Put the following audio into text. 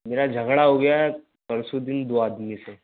मेरा झगड़ा हो गया है परसों दिन दो आदमी से